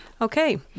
Okay